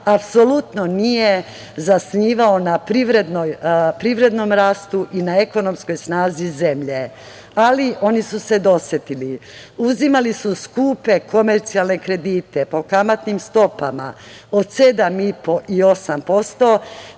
apsolutno nije zasnivao na privrednom rastu i na ekonomskoj snazi zemlje. Ali oni su se dosetili, uzimali su skupe komercijalne kredite po kamatnim stopama od 7,5% i 8%